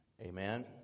Amen